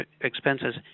expenses